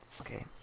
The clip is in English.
Okay